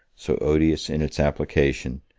so odious in its application,